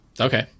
Okay